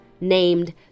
named